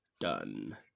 done